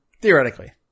Theoretically